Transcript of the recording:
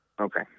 Okay